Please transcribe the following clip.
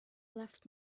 left